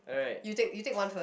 you take you take one first